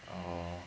orh